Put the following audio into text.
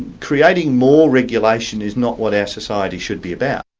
creating more regulation is not what our society should be about.